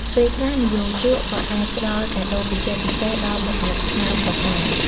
ពេលខ្លះ និយោជកក៏អាចផ្តល់ កាដូរពិសេសៗ ដល់បុគ្គលិកឆ្នើមផងដែរ។